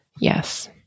Yes